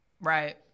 Right